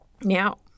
now